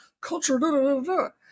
culture